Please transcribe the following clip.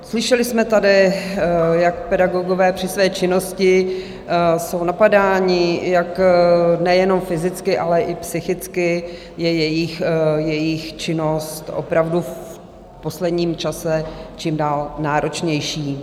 Slyšeli jsme tady, jak pedagogové při své činnosti jsou napadáni, jak nejenom fyzicky, ale i psychicky je jejich činnost opravdu v posledním čase čím dál náročnější.